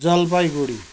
Jalpaiguri